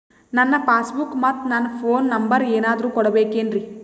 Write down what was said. ನನ್ನ passbook ಮತ್ ನನ್ನ ಫೋನ್ ನಂಬರ್ ಏನಾದ್ರು ಕೊಡಬೇಕೆನ್ರಿ?